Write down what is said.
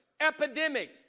epidemic